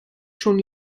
schon